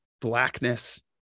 blackness